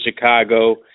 Chicago